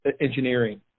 engineering